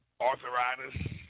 arthritis